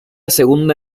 segunda